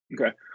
Okay